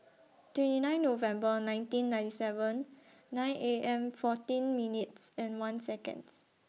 twenty nine November nineteen ninety seven nine A M fourteen minutes and one Seconds